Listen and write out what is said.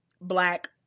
black